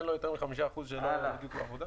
אין לו יותר מ-5% שלא מגיעים לעבודה?